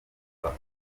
akora